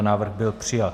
Návrh byl přijat.